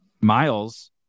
Miles